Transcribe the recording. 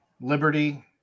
Liberty